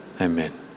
Amen